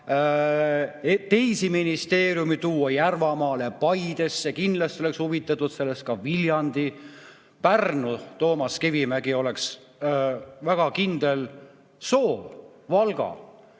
teisi ministeeriume tuua Järvamaale Paidesse. Kindlasti oleks huvitatud ka Viljandi ja Pärnu, Toomas Kivimägil oleks väga kindel soov, ka